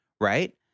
right